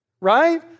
right